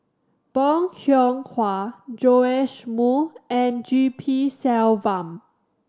Bong Hiong Hwa Joash Moo and G P Selvam